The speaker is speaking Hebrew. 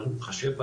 אנחנו נתחשב בכם,